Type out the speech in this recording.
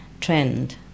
trend